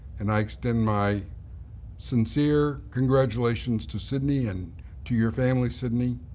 and i extend my sincere congratulations to sydney and to your family, sydney.